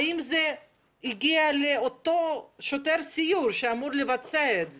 האם זה הגיע לאותו שוטר סיור שאמור לבצע את זה?